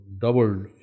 doubled